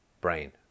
brain